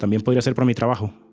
tambien podria ser por mi trabajo.